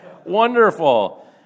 Wonderful